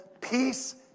peace